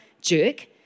jerk